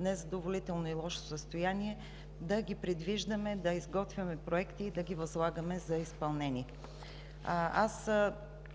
незадоволително и лошо състояние, да ги предвиждаме, да изготвяме проекти и да ги възлагаме за изпълнение. Аз